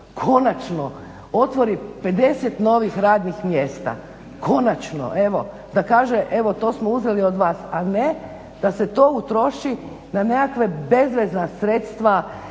konačno otvori 50 novih radnih mjesta. Konačno, evo da kaže evo to smo uzeli od vas, a ne da se to utroši na nekakva bezvezna sredstva